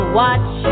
watch